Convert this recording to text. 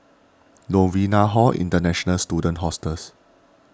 Novena Hall International Student Hostels